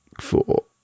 four